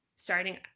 starting